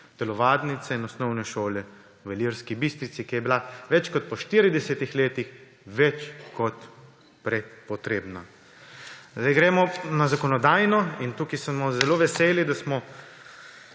telovadnice in osnovne šole v Ilirski Bistrici, ki je bila po več kot 40 letih tega več kot potrebna. Zdaj gremo na zakonodajo. Tukaj smo zelo veseli, da smo